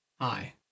Hi